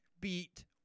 beat